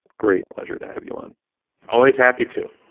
great pleasure to have you on always happy to